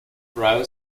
private